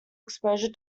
exposure